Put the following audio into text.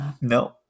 no